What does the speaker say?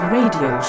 radio